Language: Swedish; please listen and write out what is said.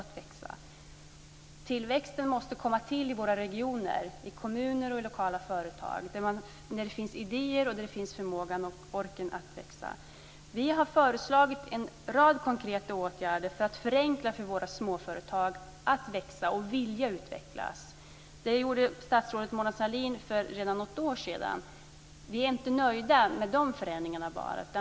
Tillväxten måste komma till i våra regioner, kommuner och lokala företag där det finns idéer, förmåga och ork att växa. Vi har föreslagit en rad konkreta åtgärder för att förenkla för våra småföretag att växa och vilja utvecklas. Det gjorde statsrådet Mona Sahlin redan för något år sedan, men vi är inte nöjda med bara de förändringarna.